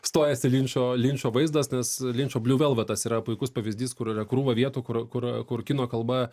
stojasi linčo linčo vaizdas nes linčo bliu velvetas yra puikus pavyzdys kur yra krūva vietų kur kur kur kino kalba